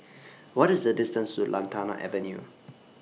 What IS The distance to Lantana Avenue